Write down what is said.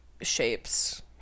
shapes